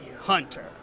Hunter